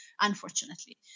unfortunately